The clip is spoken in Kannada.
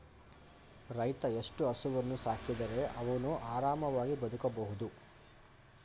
ರೈತ ಎಷ್ಟು ಹಸುವನ್ನು ಸಾಕಿದರೆ ಅವನು ಆರಾಮವಾಗಿ ಬದುಕಬಹುದು?